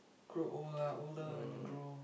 grow old lah older when you grow